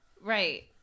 Right